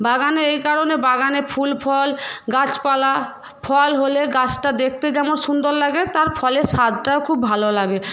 বাগানে এই কারণে বাগানে ফুল ফল গাছপালা ফল হলে গাছটা দেখতে যেমন সুন্দর লাগে তার ফলের স্বাদটাও খুব ভালো লাগে